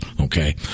Okay